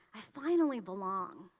i finally belong.